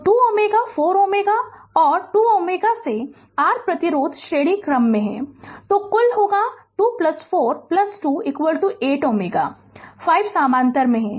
तो 2 Ω 4 Ω और 2 Ω ये 3 प्रतिरोधक श्रेणीक्रम में हैं Refer Slide Time 3320 तो कुल होगा 242 8 Ω हैं कि 5 समानांतर में है